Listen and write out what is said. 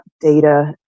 data